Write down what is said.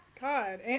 God